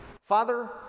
Father